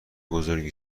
بزرگی